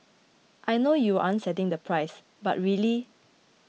I know you aren't setting the price but really